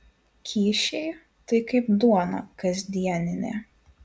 kyšiai tai kaip duona kasdieninė